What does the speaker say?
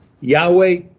Yahweh